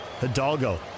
Hidalgo